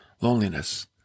loneliness